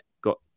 got